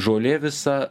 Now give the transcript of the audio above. žolė visa